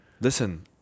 listen